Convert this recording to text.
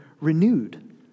renewed